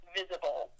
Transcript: visible